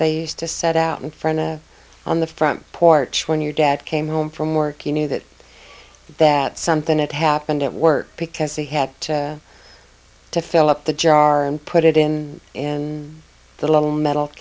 they used to set out in front of on the front porch when your dad came home from work you knew that that something had happened at work because he had to to fill up the jar and put it in in the little metal